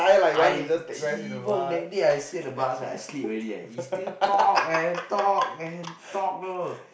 I chee bong that day I sit at the bus I sleep already right he still talk and talk and talk know